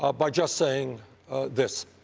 ah by just saying this.